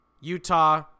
Utah